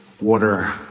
water